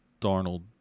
darnold